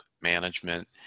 management